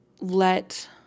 let